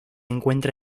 encuentra